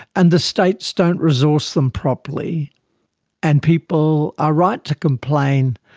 and the states don't resource them properly and people are right to complain,